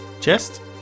Chest